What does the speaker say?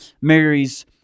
Mary's